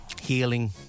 healing